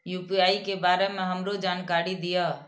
UPI के बारे में हमरो जानकारी दीय?